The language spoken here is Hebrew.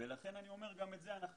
לכן אני אומר שגם את זה אנחנו